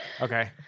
Okay